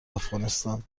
افغانستان